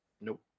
Nope